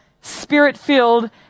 spirit-filled